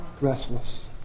restless